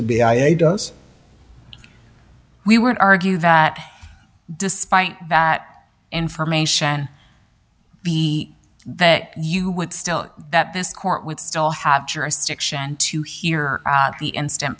a does we were and argue that despite that information be that you would still that this court would still have jurisdiction to hear the instant